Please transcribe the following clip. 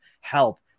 help